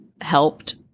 helped